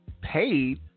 paid